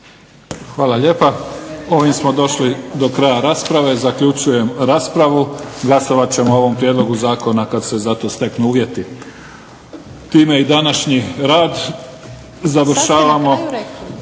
Hvala lijepa. Ovim smo došli do kraja rasprave. Zaključujem raspravu. Glasovat ćemo o ovom prijedlogu zakona kad se za to steknu uvjeti. Time i današnji rad završavamo.